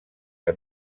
que